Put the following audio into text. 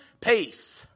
peace